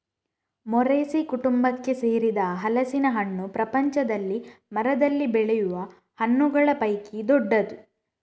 Moraceae ಕುಟುಂಬಕ್ಕೆ ಸೇರಿದ ಹಲಸಿನ ಹಣ್ಣು ಪ್ರಪಂಚದಲ್ಲಿ ಮರದಲ್ಲಿ ಬೆಳೆಯುವ ಹಣ್ಣುಗಳ ಪೈಕಿ ದೊಡ್ಡದು